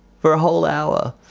for a whole hour.